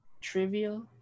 trivial